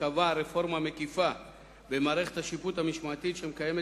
שקבע רפורמה מקיפה במערכת השיפוט המשמעתי שמקיימת